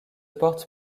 porte